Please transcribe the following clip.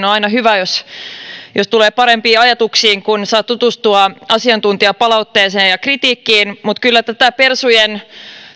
on aina hyvä jos tulee parempiin ajatuksiin kun saa tutustua asiantuntijapalautteeseen ja ja kritiikkiin mutta kyllä tätä persujen